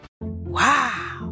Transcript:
Wow